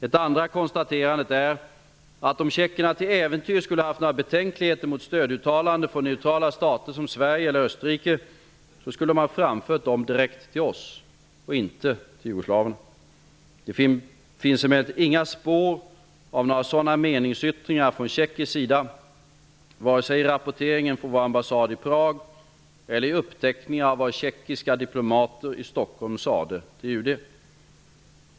Ett andra konstaterande är att om tjeckerna till äventyrs skulle ha haft några betänkligheter mot stöduttalanden från neutrala stater som Sverige eller Österrike, så skulle de ha framfört dem direkt till oss, inte till jugoslaverna. Det finns emellertid inga spår av några sådana meningsyttringar från tjeckisk sida, vare sig i rapporteringen från vår ambassad i Prag eller i uppteckningar av vad tjeckiska diplomater i Stockholm sade till UD.